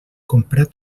comprat